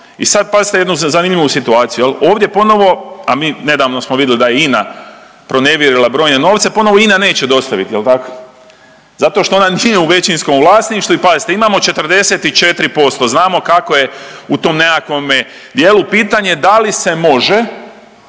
I sad pazite jednu zanimljivu situaciju jel, ovdje ponovo, a mi nedavno smo vidjeli da je INA pronevjerila brojne novce, ponovo INA neće dostaviti jel tako, zato što ona nije u većinskom vlasništvu. I pazite imamo 44%, znamo kako je u tom nekakvome dijelu, pitanje da li se može